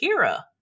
Kira